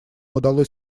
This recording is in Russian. удалось